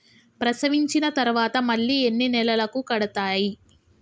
ప్రసవించిన తర్వాత మళ్ళీ ఎన్ని నెలలకు కడతాయి?